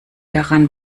daran